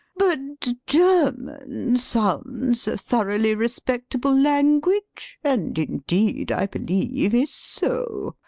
but german sounds a thoroughly respectable language, and indeed, i believe is so.